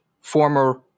former